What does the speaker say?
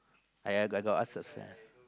uh ya I got I got ask first